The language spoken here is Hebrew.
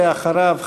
ואחריו,